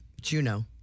Juno